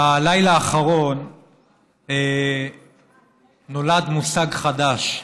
בלילה האחרון נולד מושג חדש: